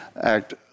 act